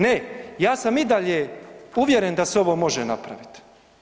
Ne, ja sam i dalje uvjeren da se ovo može napravit.